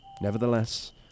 Nevertheless